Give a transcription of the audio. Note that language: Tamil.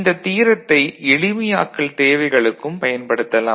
இந்தத் தியரத்தை எளிமையாக்கல் தேவைகளுக்கும் பயன்படுத்தலாம்